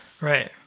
right